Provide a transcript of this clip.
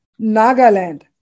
Nagaland